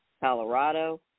Colorado